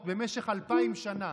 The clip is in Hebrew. במשך אלפיים שנה